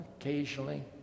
occasionally